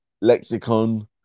Lexicon